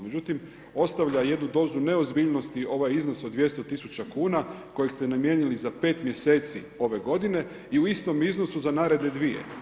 Međutim, ostavlja jednu dozu neozbiljnosti ovaj iznos od 200.000 kuna kojeg ste namijenili za 5 mjeseci ove godine i u istom iznosu za naredne dvije.